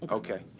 ok.